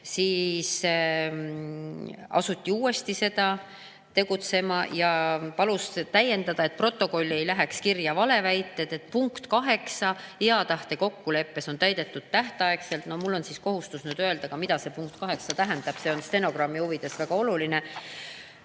siis asuti uuesti tegutsema. Ta palus täiendada, et protokolli ei läheks kirja valeväited: punkt 8 hea tahte kokkuleppes on täidetud tähtaegselt. Mul on kohustus öelda, mida see punkt 8 tähendab, see on stenogrammi huvides väga oluline.